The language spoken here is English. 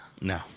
No